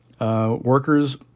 workers